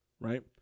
right